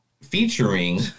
featuring